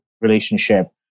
relationship